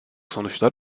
sonuçlar